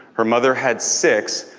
her mother had six,